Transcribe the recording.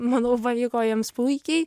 manau pavyko jiems puikiai